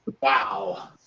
wow